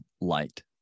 light